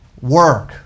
work